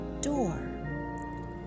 door